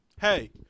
hey